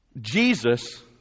Jesus